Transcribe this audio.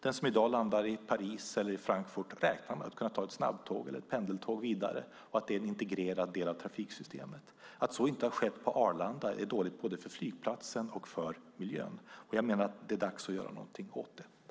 Den som i dag landar i Paris eller Frankfurt räknar med att kunna ta ett snabbtåg eller pendeltåg vidare och att det är en integrerad del av trafiksystemet. Att så inte har skett på Arlanda är dåligt både för flygplatsen och för miljön. Jag menar att det är dags att göra någonting åt det.